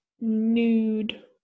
Nude